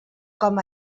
com